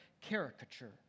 caricature